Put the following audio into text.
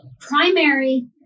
primary